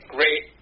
Great